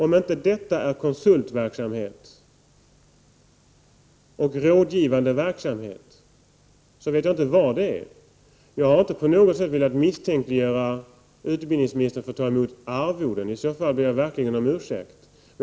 Om detta inte är konsultverksamhet och rådgivande verksamhet, vet jag inte vad det är. Jag har inte på något sätt velat misstänkliggöra utbildningsmi 37 nistern för att ta emot arvoden. I så fall ber jag verkligen om ursäkt.